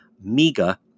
MEGA